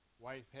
wife